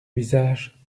visage